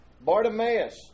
Bartimaeus